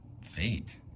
fate